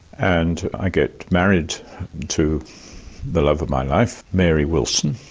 and i get married to the love of my life, mary wilson,